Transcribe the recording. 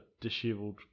disheveled